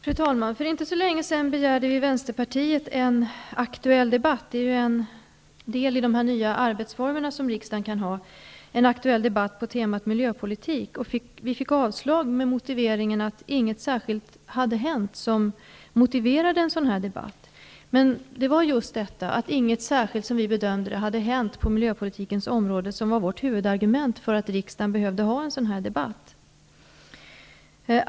Fru talman! För inte så länge sedan begärde vi i Vänsterpartiet en aktuell debatt -- aktuella debatter är ju en del i riksdagens nya arbetsformer -- med temat Miljöpolitik. Men vi fick avslag med motiveringen att det inte hade hänt någonting särskilt som motiverade en debatt av det här slaget. Som vi bedömde det var det just detta, att det inte hade hänt något särskilt på miljöpolitikens område, som var vårt huvudargument för att det behövdes en sådan här debatt i riksdagen.